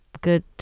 good